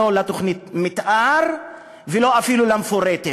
לא לתוכנית מתאר ולא אפילו למפורטת,